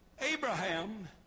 Abraham